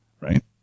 Right